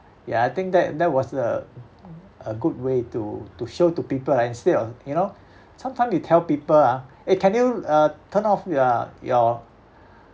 ya I think that that was uh a good way to to show to people ah instead of you know sometimes you tell people ah eh can you uh turn off yo~ your